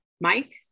Mike